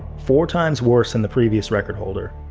four times worse than the previous record holder.